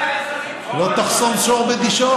לא תחסום שור בדישו,